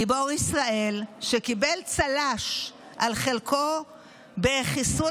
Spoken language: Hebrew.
גיבור ישראל שקיבל צל"ש על חלקו בחיסול